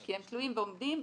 כי הם תלויים ועומדים,